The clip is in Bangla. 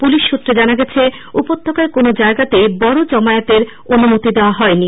পুলিশ সূত্রে জানা গেছে উপত্যকায় কোন জায়গায়েতই বড় জমায়েতের অনুমতি দেওয়া হয়নি